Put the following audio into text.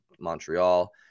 Montreal